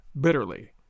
bitterly